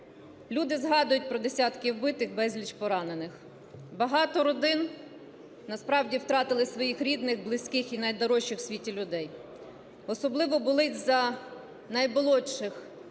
люди згадують про десятки вбитих, безліч поранених. Багато родин насправді втратили своїх рідних, близьких і найдорожчих у світі людей. Особливо болить за наймолодших